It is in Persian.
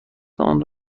تان